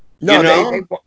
No